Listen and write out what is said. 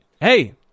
hey